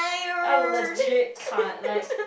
I legit can't like